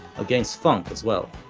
against funk as well.